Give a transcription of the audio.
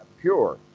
pure